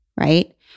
right